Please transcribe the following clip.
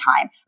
time